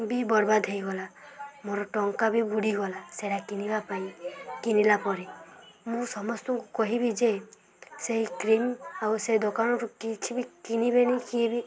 ବି ବର୍ବାଦ ହେଇଗଲା ମୋର ଟଙ୍କା ବି ବୁଡ଼ିଗଲା ସେଇଟା କିଣିବା ପାଇଁ କିଣିଲା ପରେ ମୁଁ ସମସ୍ତଙ୍କୁ କହିବି ଯେ ସେଇ କ୍ରିମ୍ ଆଉ ସେ ଦୋକାନରୁ କିଛି ବି କିଣିବେନି କିଏ ବି